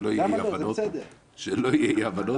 שלא יהיו אי הבנות.